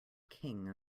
king